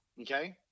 okay